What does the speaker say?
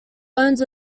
owns